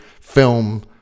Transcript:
film